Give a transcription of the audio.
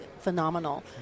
phenomenal